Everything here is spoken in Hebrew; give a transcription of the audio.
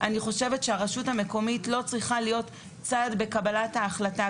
אני חושבת שהרשות המקומית לא צריכה להיות צד בקבלת ההחלטה.